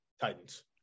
Titans